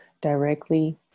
directly